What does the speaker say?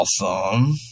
Awesome